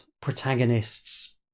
protagonists